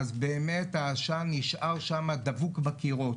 העשן נשאר שם דבוק לקירות.